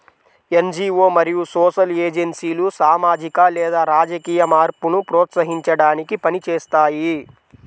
NGO మరియు social ఏజెన్సీలు సామాజిక లేదా రాజకీయ మార్పును ప్రోత్సహించడానికి పని చేస్తాయి